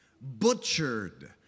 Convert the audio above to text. butchered